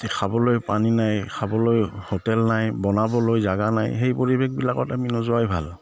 খাবলৈ পানী নাই খাবলৈ হোটেল নাই বনাবলৈ জেগা নাই সেই পৰিৱেশবিলাকত আমি নোযোৱাই ভাল